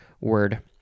word